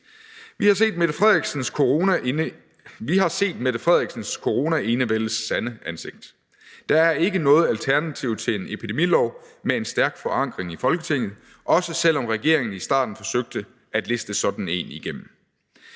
Vi har set Mette Frederiksens coronaenevældes sande ansigt. Der er ikke noget alternativ til en epidemilov med en stærk forankring i Folketinget, også selv om regeringen i starten forsøgte at liste sådan en igennem.